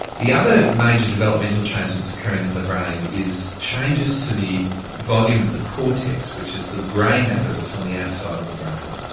the other major developmental change that's occurring in the brain is changes to the volume of the cortex, which is the grey matter that's on the outside of the brain.